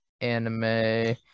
anime